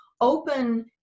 open